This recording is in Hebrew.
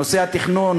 נושא התכנון,